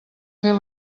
fer